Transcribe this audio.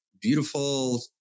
beautiful